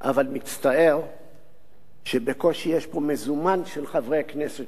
אבל מצטער שבקושי יש פה מזומן של חברי כנסת,